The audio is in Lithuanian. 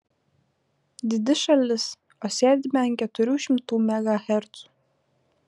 didi šalis o sėdime ant keturių šimtų megahercų